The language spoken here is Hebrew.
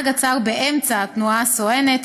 עצר באמצע התנועה הסואנת,